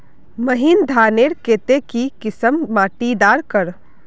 महीन धानेर केते की किसम माटी डार कर?